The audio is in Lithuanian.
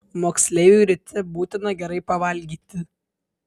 moksleiviui ryte būtina gerai pavalgyti